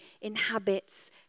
inhabits